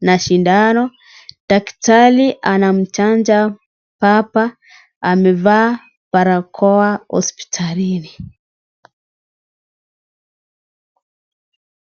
na sindano. Daktari anamchanja baba amevaa barakoa hospitalini.